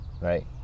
right